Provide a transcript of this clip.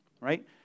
right